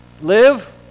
Live